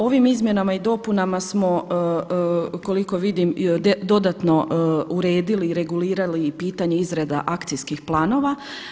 Ovim izmjenama i dopunama smo koliko vidim dodatno uredili i regulirali pitanje izrada akcijskih planova.